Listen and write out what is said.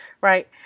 right